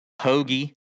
Hoagie